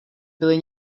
byli